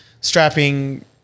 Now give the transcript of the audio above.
strapping